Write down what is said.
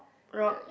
rock